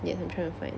yes I'm trying to find